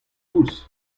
koulz